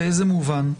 באיזה מובן?